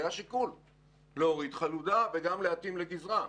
השיקול היה להוריד חלודה וגם להתאים לגזרה.